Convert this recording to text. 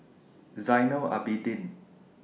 Zainal Abidin